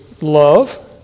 love